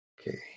Okay